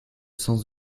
sens